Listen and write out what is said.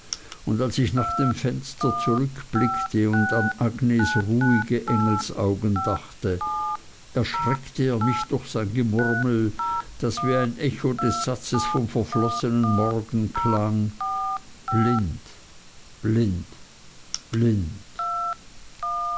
und als ich nach dem fenster zurückblickte und an agnes ruhige engelsaugen dachte erschreckte er mich durch sein gemurmel das wie ein echo des satzes vom verflossenen morgen klang blind blind blind